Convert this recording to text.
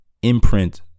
Imprint